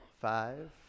Five